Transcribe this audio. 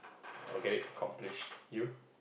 I will get it accomplished you